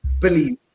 Believe